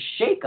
shakeup